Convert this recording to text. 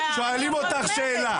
שואלים אותך שאלה.